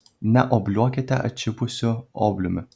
neobliuokite atšipusiu obliumi